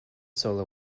solo